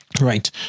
Right